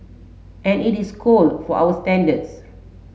and it is cold for our standards